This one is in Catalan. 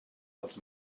els